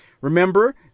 Remember